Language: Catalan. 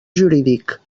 jurídic